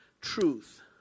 truth